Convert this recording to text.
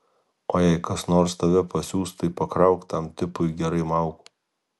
o jei kas nors tave pasiųs tai pakrauk tam tipui gerai malkų